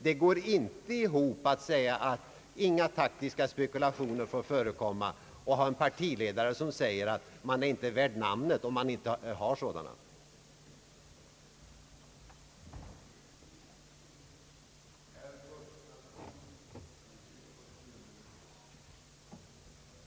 Det går inte ihop att säga att inga taktiska spekulationer får förekomma samtidigt som man har en partiledare som säger att den inte är värd namnet som inte gör sådana spekulationer.